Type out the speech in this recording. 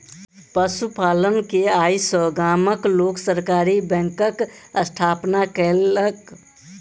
पशु पालन के आय सॅ गामक लोक सहकारी बैंकक स्थापना केलक